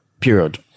Period